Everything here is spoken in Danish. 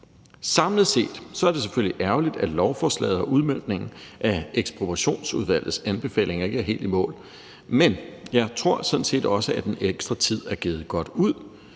Samlet set er det selvfølgelig ærgerligt, at lovforslaget og udmøntningen af Ekspropriationsudvalgets anbefalinger ikke er helt i mål, men jeg tror sådan set også, at den ekstra tid er givet godt ud